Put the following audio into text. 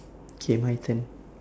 K my turn